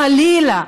חלילה,